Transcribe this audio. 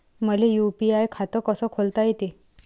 मले यू.पी.आय खातं कस खोलता येते?